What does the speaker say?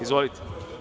Izvolite.